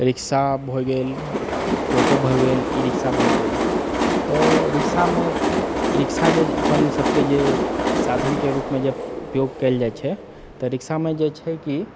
rickshaw भए गेल टोटो भए गेल ई रिक्शा भए गेल तऽ रिक्शामे रिक्शा जे अपनसबकेँ जे साधनके रूपमे जे उपयोग कएल जाइछै तऽ रिक्शामे जे छै कि